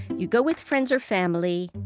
you go with friends or family,